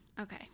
okay